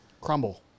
crumble